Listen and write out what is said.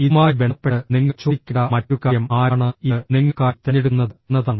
ഇതുമായി ബന്ധപ്പെട്ട് നിങ്ങൾ ചോദിക്കേണ്ട മറ്റൊരു കാര്യം ആരാണ് ഇത് നിങ്ങൾക്കായി തിരഞ്ഞെടുക്കുന്നത് എന്നതാണ്